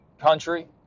country